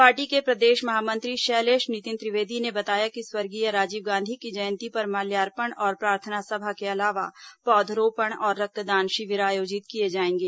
party के प्रदेश महामंत्री शैलेष नितिन त्रिवेदी ने बताया कि स्वर्गीय राजीव गांधी की जयंती पर माल्यार्पण और प्रार्थना सभा के अलावा पौधरोपण और रक्तदान शिविर आयोजित किए जाएंगे